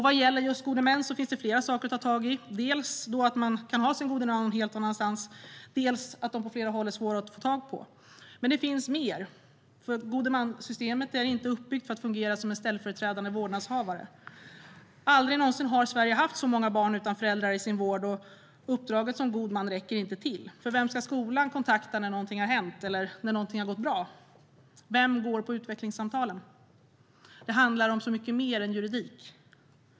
Vad gäller just gode män finns det flera saker att ta tag i, dels att man kan ha sin gode man någon helt annanstans, dels att de på flera håll är svåra att få tag på. Men det finns mer, för systemet med gode män är inte uppbyggt för att den gode mannen ska fungera som en ställföreträdande vårdnadshavare. Aldrig någonsin har Sverige haft så många barn utan föräldrar i sin vård. Uppdraget som god man räcker inte till. Vem ska skolan kontakta när något har hänt eller när något har gått bra? Vem går på utvecklingssamtalen? Det handlar om så mycket mer än juridik.